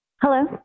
Hello